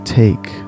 take